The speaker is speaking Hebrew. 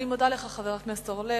אני מודה לך, חבר הכנסת אורלב.